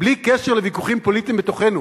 בלי קשר לוויכוחים פוליטיים בתוכנו.